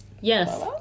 Yes